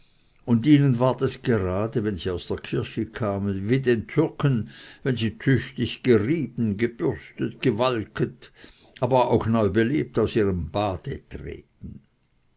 und ihnen ward es gerade wenn sie aus der kirche kamen wie den türken wenn sie tüchtig gerieben gebürstet gewalket aber auch neu belebt aus ihrem bade treten